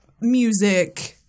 music